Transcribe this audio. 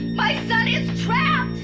my son is trapped!